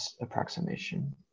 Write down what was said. approximation